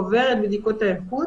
עובר את בדיקות האיכות,